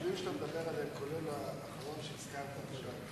אתה ביושרך הוצאת מכתב לראש הממשלה הקודם,